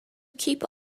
keep